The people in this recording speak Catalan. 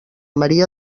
maria